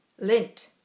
Lint